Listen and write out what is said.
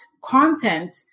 content